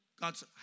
God's